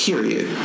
Period